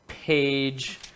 page